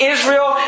Israel